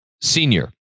senior